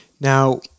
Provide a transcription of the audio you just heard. now